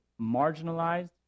marginalized